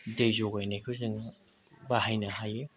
दै जगायनायखौ जों बाहायनो हायो